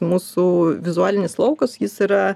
mūsų vizualinis laukas jis yra